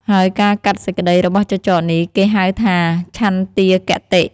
ហើយការកាត់សេចក្តីរបស់ចចកនេះ គេហៅថា ឆន្ទាគតិ។